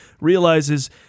realizes